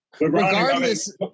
Regardless